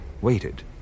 waited